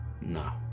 no